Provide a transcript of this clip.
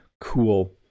cool